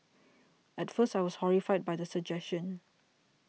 at first I was horrified by the suggestion